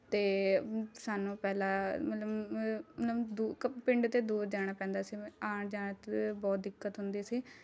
ਅਤੇ ਸਾਨੂੰ ਪਹਿਲਾਂ ਮਤਲਬ ਮਤਲਬ ਦੂ ਕ ਪਿੰਡ ਤੋਂ ਦੂਰ ਜਾਣਾ ਪੈਂਦਾ ਸੀ ਆਉਣ ਜਾਣ ਤੇ ਬਹੁਤ ਦਿੱਕਤ ਹੁੰਦੀ ਸੀ